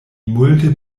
multe